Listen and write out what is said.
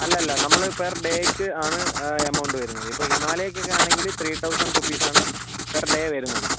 അല്ല അല്ല നമ്മൾ പെർ ഡേക്ക് ആണ് എമൗണ്ട് വരുന്നത് ഇപ്പോൾ ഹിമാലയക്കൊക്കെ ആണെങ്കിൽ ത്രീ തൗസൻ്റ് റുപ്പീസ് ആണ് പെർ ഡേ വരുന്നത്